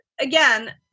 again